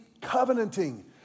covenanting